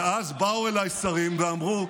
ואז באו אליי שרים ואמרו: